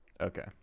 Okay